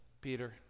Peter